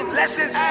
lessons